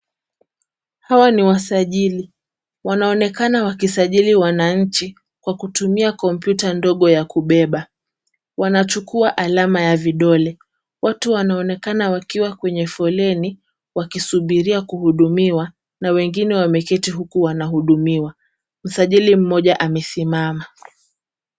Hawa ni wasajili. Wanaonekana wakisajili wananchi kwa kutumia kompyuta ndogo ya kubeba. Wanachukua alama ya vidole. Watu wanaonekana wakiwa kwenye foleni wakisubiria kuhudumiwa na wengine wameketi huku wanahudumiwa. Msajili mmoja amesimama.